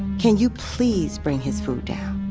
can you please bring his food down?